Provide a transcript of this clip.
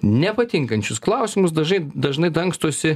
nepatinkančius klausimus dažnai dažnai dangstosi